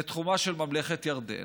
לתחומה של ממלכת ירדן.